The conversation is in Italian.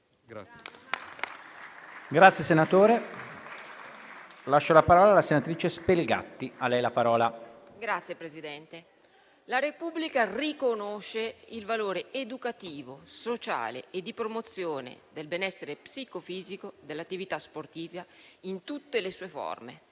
«La Repubblica riconosce il valore educativo, sociale e di promozione del benessere psicofisico dell'attività sportiva in tutte le sue forme».